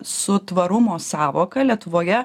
su tvarumo sąvoka lietuvoje